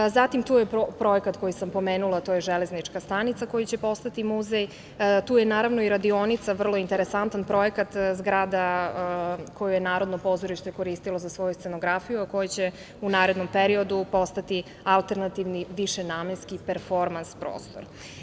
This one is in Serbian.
Zatim, tu je i projekat koji sam pomenula, to je železnička stanica koja će postati muzej, tu je naravno i radionica, vrlo interesantan projekat, zgrada koju je Narodno pozorište koristilo za svoju scenografiju, a koja će u narednom periodu postati alternativni, višenamenski performans prostor.